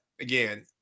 again